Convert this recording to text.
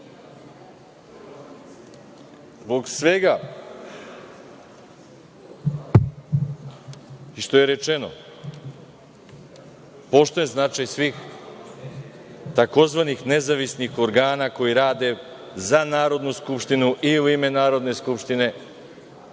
vama. Zbog svega što je rečeno, poštujem značaj svih tzv. nezavisnih organa koji rade za Narodnu skupštinu i u ime Narodne skupštine,